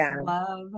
love